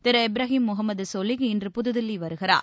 திரு இப்ராஹிம் முகமது சொலிஹ் இன்று புதுதில்லி வருகிறார்